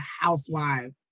housewife